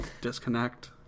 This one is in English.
disconnect